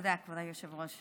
תודה, כבוד היושב-ראש.